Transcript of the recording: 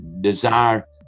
desire